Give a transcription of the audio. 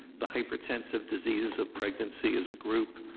the hypertensive diseases of pregnancy as a group,